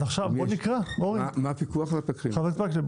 אז עכשיו בואו נקרא, חבר הכנסת מקלב.